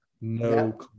No